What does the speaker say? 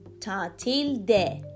tatilde